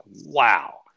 wow